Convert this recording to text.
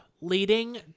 leading